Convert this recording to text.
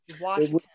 Washington